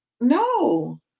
No